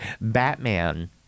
Batman